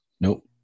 nope